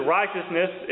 righteousness